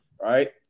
right